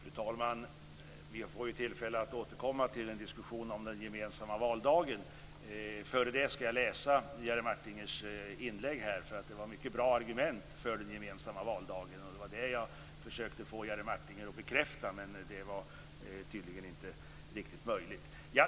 Fru talman! Vi får tillfälle att återkomma till en diskussion om den gemensamma valdagen. Innan dess skall jag läsa Jerry Martingers inlägg, där det fanns mycket bra argument för den gemensamma valdagen. Det var det jag försökte få Jerry Martinger att bekräfta, men det var tydligen inte möjligt.